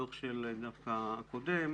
הדוח הקודם,